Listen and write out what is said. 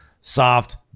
soft